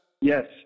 Yes